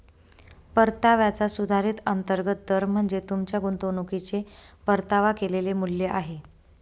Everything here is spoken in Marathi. परताव्याचा सुधारित अंतर्गत दर म्हणजे तुमच्या गुंतवणुकीचे परतावा केलेले मूल्य आहे